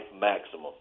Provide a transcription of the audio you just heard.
maximum